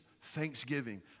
thanksgiving